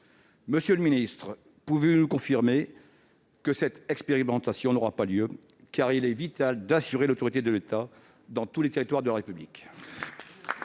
Monsieur le ministre, pouvez-vous nous confirmer que cette expérimentation n'aura pas lieu, car il est vital d'assurer l'autorité de l'État dans tous les territoires de la République.